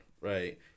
right